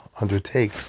undertake